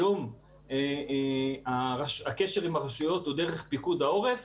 היום הקשר עם הרשויות הוא דרך פיקוד העורף.